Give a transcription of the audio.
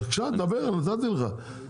בבקשה, דבר, נתתי לך.